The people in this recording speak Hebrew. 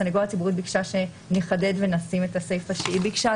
הסנגוריה הציבורית ביקשה שנחדד ונשים את הסיפה שהיא ביקשה.